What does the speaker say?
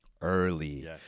early